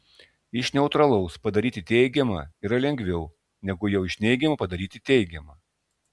iš neutralaus padaryti teigiamą yra lengviau negu jau iš neigiamo padaryti teigiamą